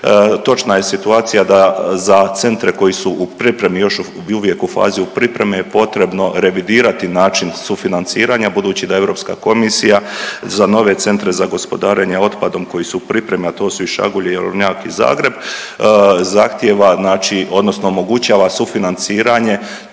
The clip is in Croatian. Točna je situacija da za centre koji su u pripremi i još uvijek u fazi pripreme je potrebno revidirati način sufinanciranja, budući da Europska komisija za nove centre za gospodarenje otpadom koji su u pripremi, a to su i Šagulje i … i Zagreb zahtijeva znači odnosno omogućava sufinanciranje